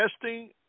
testing